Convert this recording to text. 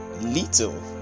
little